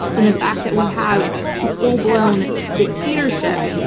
and the fact that we have a full-blown dictatorship